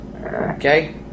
Okay